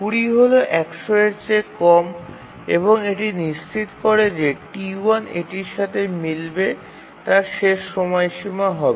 ২০ হল ১০০ এর চেয়ে কম এবং তা থেকে বোঝা যায় যে এটি T1 এর মান হবে এবং তা শেষ সময়সীমা হবে